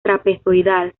trapezoidal